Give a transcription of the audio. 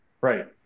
Right